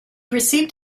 received